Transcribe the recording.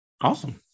Awesome